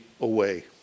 away